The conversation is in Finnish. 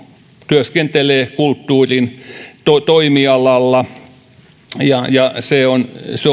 työskentelee kulttuurin toimialalla ja ja se on